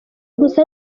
gusa